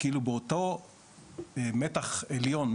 כלומר באותו מתח עליון,